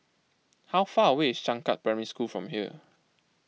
how far away is Changkat Primary School from here